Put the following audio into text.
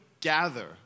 gather